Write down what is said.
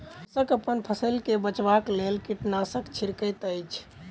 कृषक अपन फसिल के बचाबक लेल कीटनाशक छिड़कैत अछि